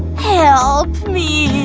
help me!